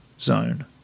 zone